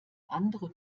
andere